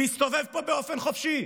להסתובב פה באופן חופשי,